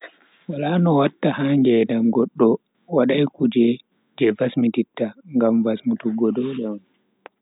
Wala no watta ha ngedam goddo wadai kuje je vasmititta, ngam vasmutuggo dole on.